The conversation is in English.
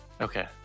Okay